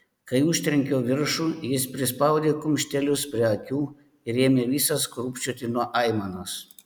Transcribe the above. kai užtrenkiau viršų jis prispaudė kumštelius prie akių ir ėmė visas krūpčioti nuo aimanos